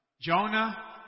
Jonah